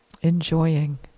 enjoying